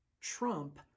trump